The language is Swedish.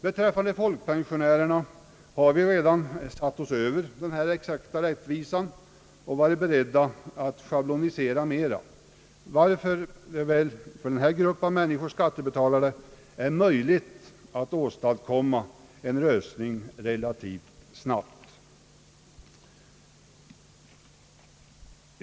Beträffande folkpensionärerna har vi redan satt oss över den här exakta rättvisan och varit beredda att schablonisera mera, varför det väl för denna grupp av skattebetalare är möjligt att åstadkomma en lösning relativt snabbt.